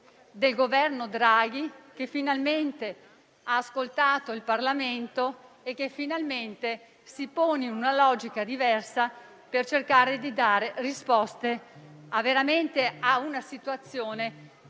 del Governo Draghi, che finalmente ha ascoltato il Parlamento, ponendosi in una logica diversa per cercare di dare risposte in una situazione